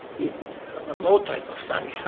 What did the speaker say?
even remote type of study.